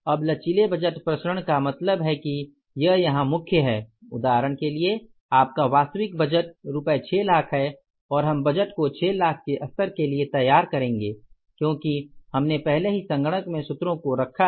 अब लचीले बजट प्रसरण का मतलब है कि यह यहाँ मुख्य है उदाहरण के लिए आपका वास्तविक बजट रुपये 6 लाख है और हम बजट को 6 लाख के स्तर के लिए तैयार करेंगे क्योंकि हमने पहले ही संगणक में सूत्रों को रखा है